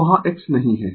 तो वहाँ X नहीं है